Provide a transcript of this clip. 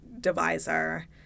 divisor